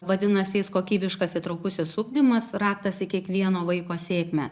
vadinasi jis kokybiškas įtraukusis ugdymas raktas į kiekvieno vaiko sėkmę